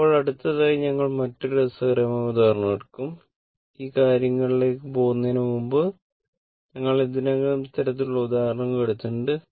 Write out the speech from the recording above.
ഇപ്പോൾ അടുത്തതായി ഞങ്ങൾ മറ്റൊരു രസകരമായ ഉദാഹരണം എടുക്കും ഈ കാര്യത്തിലേക്ക് പോകുന്നതിന് മുമ്പ് ഞങ്ങൾ ഇതിനകം ഇത്തരത്തിലുള്ള ഉദാഹരണം എടുത്തിട്ടുണ്ട്